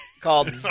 Called